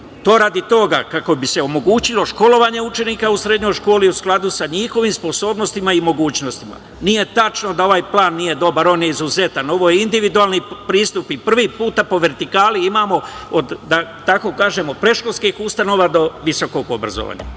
je radi toga kako bi se omogućilo školovanje učenika u srednjoj školi u skladu sa njihovim sposobnostima i mogućnostima. Nije tačno da ovaj plan nije dobar, on je izuzetan. Ovo je individualni pristup i prvi put po vertikali imamo, da tako kažem, od predškolskih ustanova do visokog obrazovanja. Isto